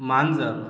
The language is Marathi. मांजर